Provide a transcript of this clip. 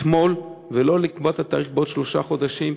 אתמול ולא לקבוע את התאריך בעוד שלושה חודשים?